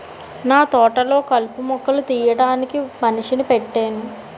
నాతోటలొ కలుపు మొక్కలు తీయడానికి మనిషిని పెట్టేను